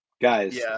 guys